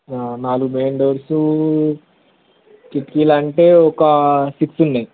నాలుగు main doors కిటికీలు అంటే ఒక సిక్స్ ఉన్నాయ్